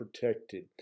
protected